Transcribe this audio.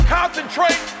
concentrate